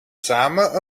samen